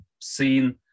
seen